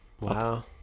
wow